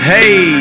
Hey